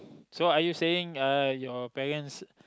so are you saying uh your parents